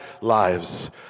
lives